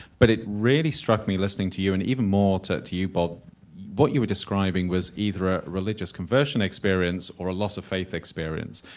but it really struck me listening to you and even more to to bob, what you were describing was either a religious conversion experience or a loss of faith experience.